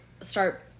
start